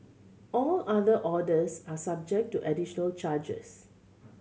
all other orders are subject to additional charges